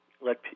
let